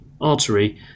artery